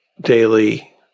daily